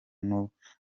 n’urubyiruko